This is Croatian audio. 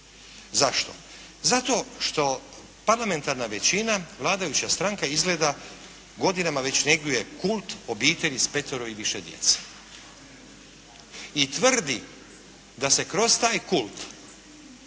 Zašto? Zato što parlamentarna većina, vladajuća stranka izgleda godinama već njeguje kult obitelji s petero i više djece i tvrdi da se kroz taj kult